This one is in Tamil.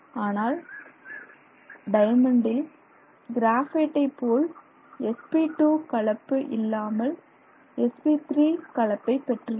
ஆனால் டயமண்ட் கிராபைட்டை போல் sp2 கலப்பு இல்லாமல் sp3 கலப்பை பெற்றுள்ளது